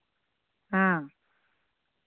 ᱦᱮᱸ